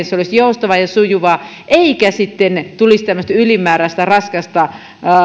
se olisi joustavaa ja sujuvaa eikä sitten tulisi tämmöistä ylimääräistä raskasta